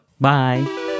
Bye